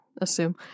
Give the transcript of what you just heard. assume